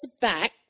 back